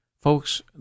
Folks